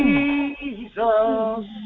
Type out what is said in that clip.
Jesus